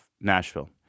Nashville